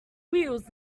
wheels